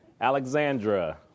Alexandra